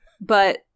But-